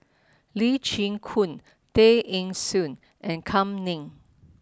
Lee Chin Koon Tay Eng Soon and Kam Ning